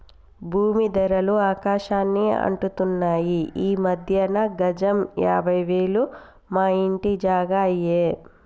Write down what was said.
భూమీ ధరలు ఆకాశానికి అంటుతున్నాయి ఈ మధ్యన గజం యాభై వేలు మా ఇంటి జాగా అయ్యే